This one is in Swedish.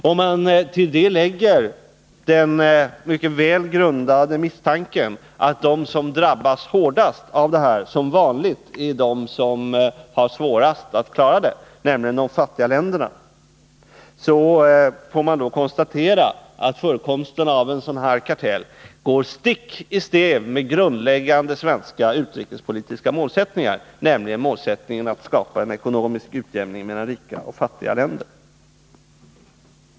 Om man till det lägger den mycket väl grundade misstanken att de som drabbas hårdast av detta som vanligt är de som har svårast att klara det, nämligen de fattiga länderna, får man konstatera att förekomsten av en sådan här kartell går stick i stäv med en grundläggande svensk utrikespolitisk målsättning, nämligen den att skapa ekonomisk utjämning mellan rika och fattiga länder.